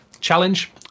challenge